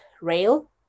rail